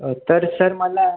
तर सर मला